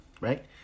right